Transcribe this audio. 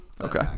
Okay